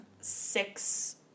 six